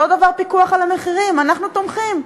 אותו דבר פיקוח על המחירים, אנחנו תומכים.